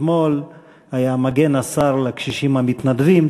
אתמול היה טקס מגן השר לקשישים המתנדבים,